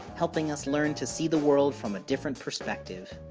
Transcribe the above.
helping us learn to see the world from a different perspective.